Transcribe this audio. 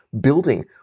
building